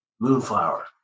Moonflower